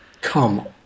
Come